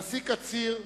הנשיא קציר,